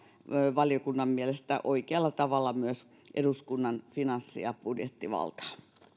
valiokunnan mielestä oikealla tavalla myös eduskunnan finanssi ja budjettivaltaa